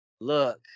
look